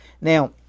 Now